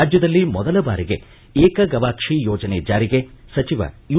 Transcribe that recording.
ರಾಜ್ಯದಲ್ಲಿ ಮೊದಲ ಬಾರಿಗೆ ಏಕ ಗವಾಕ್ಷಿ ಯೋಜನೆ ಜಾರಿಗೆ ಸಚಿವ ಯು